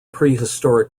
prehistoric